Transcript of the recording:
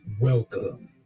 Welcome